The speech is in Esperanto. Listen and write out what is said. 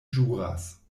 ĵuras